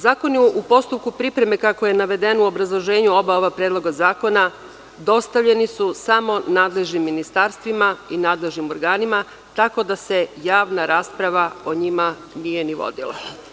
Zakon je u postupku pripreme, kako je navedeno u obrazloženju oba ova predloga zakona, dostavljen samo nadležnim ministarstvima i nadležnim organima, tako da se javna rasprava o njima nije ni vodila.